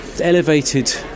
elevated